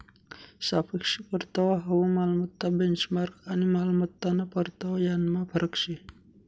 सापेक्ष परतावा हाउ मालमत्ता बेंचमार्क आणि मालमत्ताना परतावा यानमा फरक शे